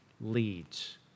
leads